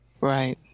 right